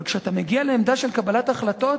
אבל כשאתה מגיע לעמדה של קבלת החלטות,